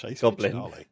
goblin